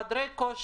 את חדרי הכושר,